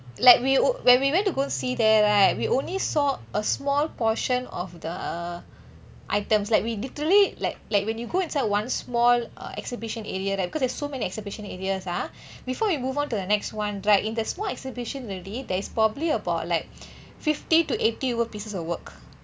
like we when we went to go see there right we only saw a small portion of the items like we literally like like when you go inside one small uh exhibition area right because there's so many exhibition areas ah before you move on to the next one right in the small exhibition already there is probably about like fifty to eighty over pieces or work